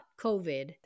COVID